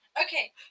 okay